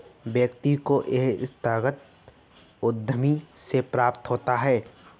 व्यक्ति को यह संस्थागत उद्धमिता से प्राप्त होता है